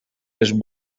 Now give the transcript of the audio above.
les